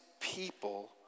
people